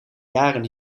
jaren